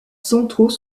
centraux